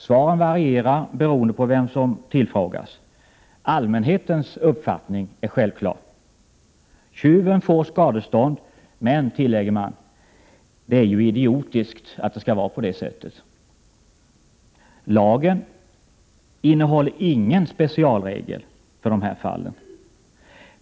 Svaren varierar beroende på vem som tillfrågas. Allmänhetens uppfattning är självklar. Tjuven får skadestånd. Men man tillägger att det är idiotiskt att det skall vara på det sättet. Lagen innehåller ingen specialregel för dessa fall.